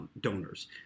donors